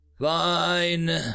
Fine